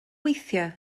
weithiau